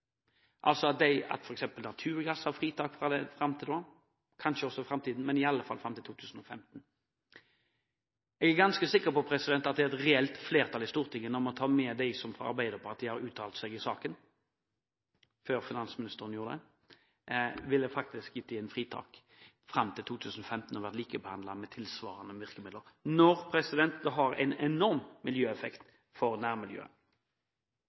naturgass ha fritak fram til da – kanskje også i framtiden, men i alle fall fram til 2015. Jeg er ganske sikker på at det er et reelt flertall i Stortinget – når man tar med dem fra Arbeiderpartiet som har uttalt seg i saken, før finansministeren gjorde det – som ville gitt dette fritak fram til 2015, og behandlet det på samme måte som tilsvarende virkemidler, når dette har en enorm miljøeffekt på nærmiljøet.